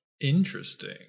interesting